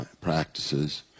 practices